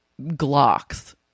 Glocks